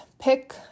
pick